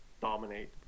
dominate